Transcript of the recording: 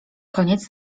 koniec